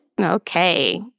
Okay